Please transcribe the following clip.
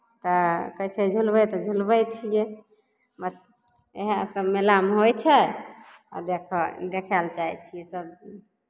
तऽ कहै छै झुलबै तऽ झुलबै छियै म् इएहसभ मेलामे होइ छै आ देखय देखय लेल जाइ छियै सबचीज